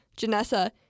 Janessa